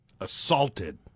assaulted